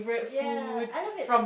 ya I love it